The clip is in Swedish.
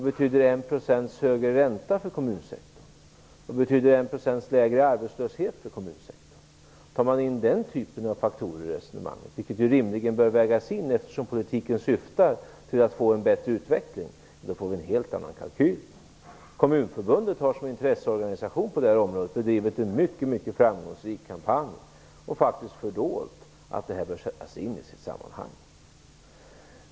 Vad betyder 1 % högre ränta för kommunsektorn? Vad betyder 1 % lägre arbetslöshet för kommunsektorn? Om vi tar in den typen av faktorer i resonemanget - som rimligen bör vägas in, eftersom politiken syftar till att utvecklingen skall bli bättre - får vi en helt annan kalkyl. Kommunförbundet har som intresseorganisation på det här området bedrivit en mycket framgångsrik kampanj och faktiskt fördolt att det här bör sättas in i sitt sammanhang.